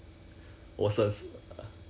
oh if it's combined 在一起的 ah